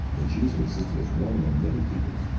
the jews had existed as one among many peoples,